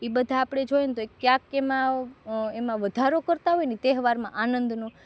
ઈ બધા આપણે જોઈએ ને તો ક્યાંક એમાં એમાં વધારો કરતાં હોયને તહેવારમાં આનંદનો